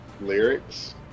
lyrics